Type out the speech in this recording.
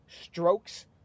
strokes